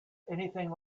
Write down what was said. anything